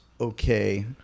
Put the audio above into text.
okay